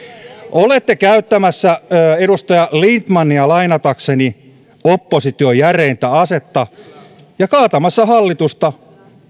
olette käyttämässä edustaja lindtmania lainatakseni opposition järeintä asetta ja kaatamassa hallitusta